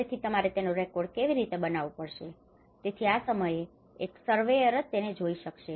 તેથી તમારે તેનો રેકોર્ડ કેવી રીતે બનાવવો પડશે તેથી આ સમયે એક સર્વેયર surveyor સર્વેક્ષણ જ તેને જોઈ શકે છે